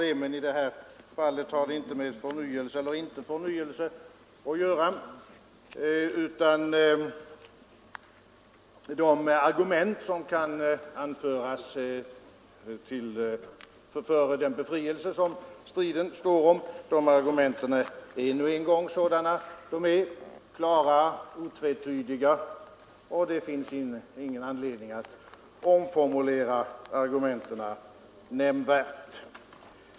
Det här fallet har dock inte med förnyelse eller inte förnyelse att göra, utan de argument som kan anföras till förmån för den befrielse som striden står om är nu en gång sådana de är — klara, otvetydiga. Det finns ingen anledning att omformulera argumenten nämnvärt.